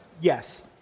Yes